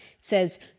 says